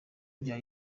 bya